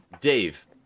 Dave